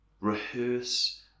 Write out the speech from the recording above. rehearse